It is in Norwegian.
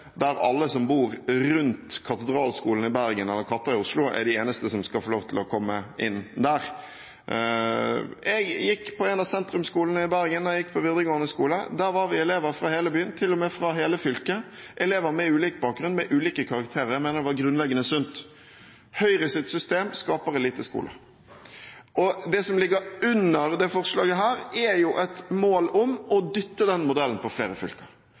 der alle som bor rundt Katedralskolen i Bergen eller «Katta» i Oslo, er de eneste som skal få lov til å komme inn der. Jeg gikk på en av sentrumsskolene i Bergen da jeg gikk på videregående skole. Der var vi elever fra hele byen, til og med fra hele fylket – elever med ulik bakgrunn, med ulike karakterer, men det var grunnleggende sunt. Høyres system skaper eliteskoler. Det som ligger under dette forslaget, er et mål om å dytte den modellen på flere fylker.